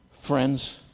friends